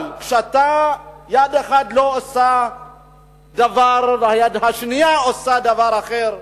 אבל כשיד אחת לא עושה דבר והיד השנייה עושה דבר אחר,